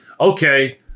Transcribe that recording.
Okay